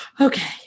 okay